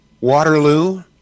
Waterloo